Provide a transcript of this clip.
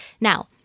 Now